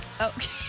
Okay